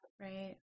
Right